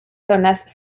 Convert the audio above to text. zonas